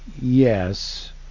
yes